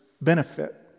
benefit